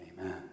Amen